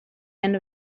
end